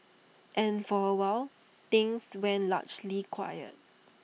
and for awhile things went largely quiet